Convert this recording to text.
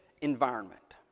environment